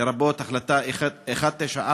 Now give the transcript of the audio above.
לרבות החלטה 194,